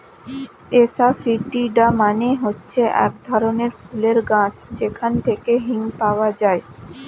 asafoetida মানে হচ্ছে এক ধরনের ফুলের গাছ যেখান থেকে হিং পাওয়া যায়